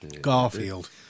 Garfield